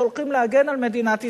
שהולכים להגן על מדינת ישראל,